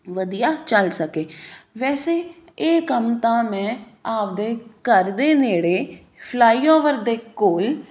ਵਧੀਆ ਚੱਲ ਸਕੇ ਵੈਸੇ ਇਹ ਕੰਮ ਤਾਂ ਮੈਂ ਆਪਣੇ ਘਰ ਦੇ ਨੇੜੇ ਫਲਾਈਓਵਰ ਦੇ ਕੋਲ